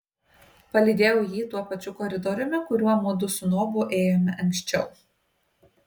palydėjau jį tuo pačiu koridoriumi kuriuo mudu su nobu ėjome anksčiau